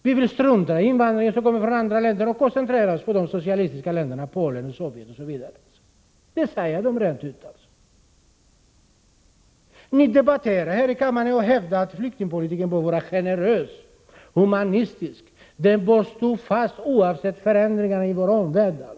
Vi vill strunta i invandringen från andra länder och koncentrera oss på de socialistiska länderna Polen, Sovjet osv. Ni socialdemokrater debatterar här i kammaren och hävdar att flyktingpolitiken bör vara generös och human. Den bör stå fast oavsett förändringar i vår omvärld.